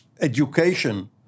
education